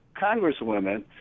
congresswomen